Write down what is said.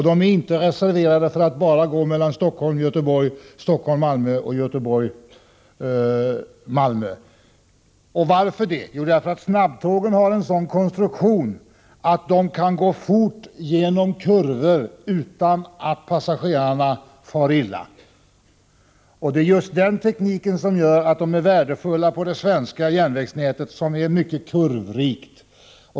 De är inte reserverade enbart för sträckorna Stockholm-Göteborg, Stockholm-Malmö och Göteborg Malmö. Snabbtågen har en sådan konstruktion att de kan gå fort genom kurvor utan att passagerarna far illa. Det är just den tekniken som gör att de är värdefulla på det svenska järnvägsnätet, som är mycket kurvrikt.